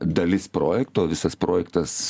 dalis projekto visas projektas